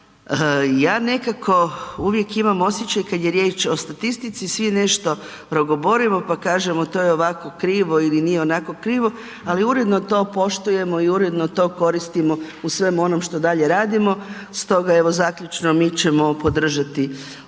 ja nekako uvijek imam osjećaj kad je riječ o statistici svi nešto progovorimo, pa kažemo to je ovako krivo ili nije onako krivo, ali uredno to poštujemo i uredno to koristimo u svemu onom što dalje radimo. Stoga evo zaključno, mi ćemo podržati ovu,